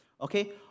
okay